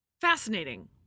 Fascinating